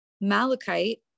malachite